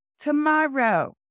tomorrow